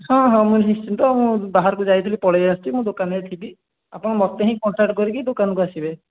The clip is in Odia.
ହଁ ହଁ ମୁଁ ନିଶ୍ଚିନ୍ତ ମୁଁ ବାହାରକୁ ଯାଇଥିଲି ପଳାଇ ଆସିଛି ମୁଁ ଦୋକାନରେ ଥିବି ଆପଣ ମୋତେ ହିଁ କଣ୍ଟାକ୍ଟ୍ କରିକି ଦୋକାନକୁ ଆସିବେ